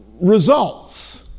results